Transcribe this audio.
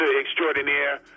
extraordinaire